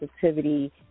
sensitivity